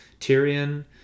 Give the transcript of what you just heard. Tyrion